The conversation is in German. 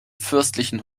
fürstlichen